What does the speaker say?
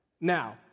Now